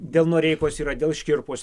dėl noreikos yra dėl škirpos